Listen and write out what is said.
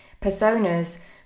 personas